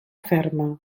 ferma